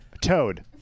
Toad